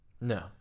No